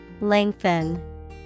Lengthen